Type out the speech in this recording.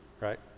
right